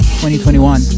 2021